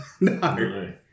No